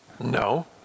No